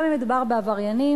גם אם מדובר בעבריינים.